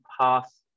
pass